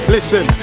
Listen